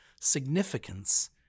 significance